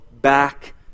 back